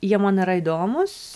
jie man yra įdomūs